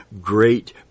great